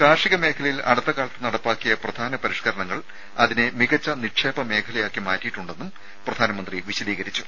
കാർഷിക മേഖലയിൽ അടുത്തകാലത്ത് നടപ്പാക്കിയ പ്രധാന പരിഷ്കരണങ്ങൾ അതിനെ മികച്ച നിക്ഷേപ മേഖലയാക്കി മാറ്റിയിട്ടുണ്ടെന്നും പ്രധാനമന്ത്രി വിശദീകരിച്ചു